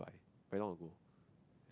I very long ago